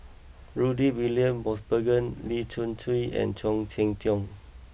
Rudy William Mosbergen Lee Choon Kee and Khoo Cheng Tiong